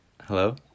Hello